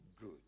good